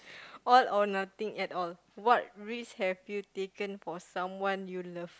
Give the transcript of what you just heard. all or nothing at all what risk have you taken for someone you love